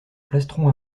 plastron